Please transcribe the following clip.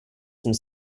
some